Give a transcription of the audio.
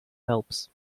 phelps